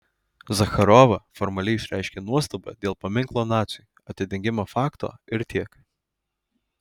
zacharova formaliai išreiškė nuostabą dėl paminklo naciui atidengimo fakto ir tiek